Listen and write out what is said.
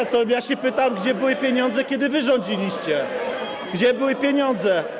Nie, to ja się pytam, gdzie były pieniądze, kiedy wy rządziliście, gdzie były pieniądze.